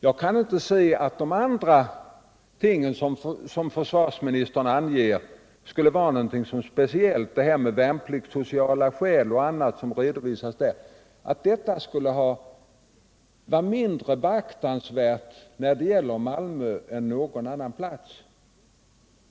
Jag kan inte se att de andra omständigheter som försvarsministern anger — värnpliktssociala skäl och annat som redovisas — skulle vara mindre beaktansvärda när det gäller Malmö än när det gäller någon annan plats.